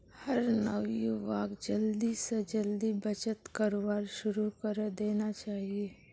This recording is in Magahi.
हर नवयुवाक जल्दी स जल्दी बचत करवार शुरू करे देना चाहिए